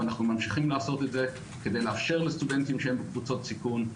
ואנחנו ממשיכים לעשות את זה כדי לאפשר לסטודנטים שהם בקבוצות סיכון,